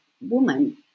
woman